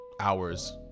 hours